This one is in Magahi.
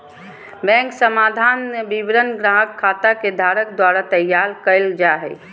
बैंक समाधान विवरण ग्राहक खाता के धारक द्वारा तैयार कइल जा हइ